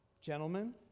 Gentlemen